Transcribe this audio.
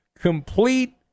complete